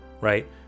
right